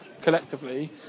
collectively